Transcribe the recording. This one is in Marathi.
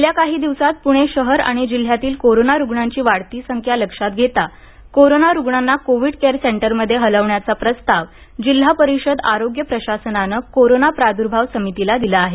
गेल्या काही दिवसांत पुणे शहर आणि जिल्ह्यातील कोरोना रुग्णांची वाढती संख्या लक्षात घेता कोरोना रुग्णांना कोव्हिड केअर सेंटरमध्ये हलवण्याचा प्रस्ताव जिल्हा परिषद आरोग्य प्रशासनानं कोरोना प्रादुर्भाव समितीला दिला आहे